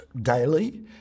daily